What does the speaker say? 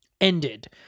ended